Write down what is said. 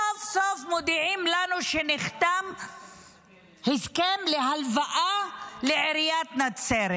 סוף-סוף מודיעים לנו שנחתם הסכם להלוואה לעיריית נצרת.